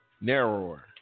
narrower